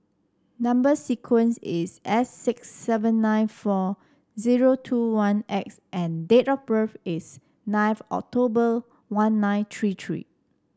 number sequence is S six seven nine four zero two one X and date of birth is ninth October one nine three three